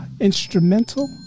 Instrumental